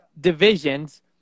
divisions